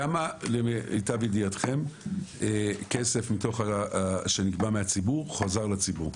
כמה למיטב ידיעתכם כסף מתוך שנגבה מהציבור חזר לציבור?